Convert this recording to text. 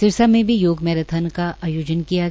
सिरसा में भी योग मैराथन का आयोजन किया गया